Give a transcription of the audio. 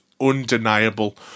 undeniable